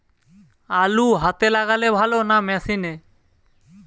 আলু হাতে লাগালে ভালো না মেশিনে?